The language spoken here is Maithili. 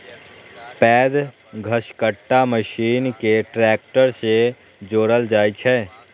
पैघ घसकट्टा मशीन कें ट्रैक्टर सं जोड़ल जाइ छै